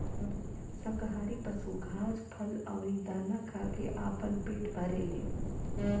शाकाहारी पशु घास, फल अउरी दाना खा के आपन पेट भरेले